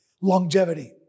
Longevity